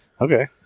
Okay